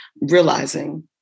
realizing